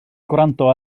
gwrando